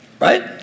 Right